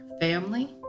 family